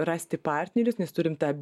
rasti partnerius nes turim tą